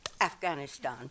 Afghanistan